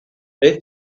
they